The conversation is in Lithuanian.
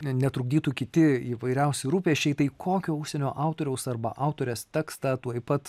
netrukdytų kiti įvairiausi rūpesčiai tai kokio užsienio autoriaus arba autorės tekstą tuoj pat